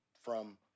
from-